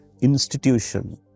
institution